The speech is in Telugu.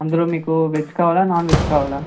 అందులో మీకు వెజ్ కావాలా నాన్ వెజ్ కావాలా